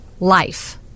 life